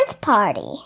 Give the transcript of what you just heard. party